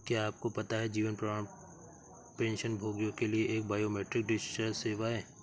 क्या आपको पता है जीवन प्रमाण पेंशनभोगियों के लिए एक बायोमेट्रिक डिजिटल सेवा है?